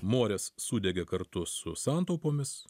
morės sudegė kartu su santaupomis